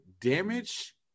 damage